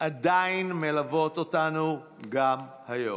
עדיין מלוות אותנו גם היום.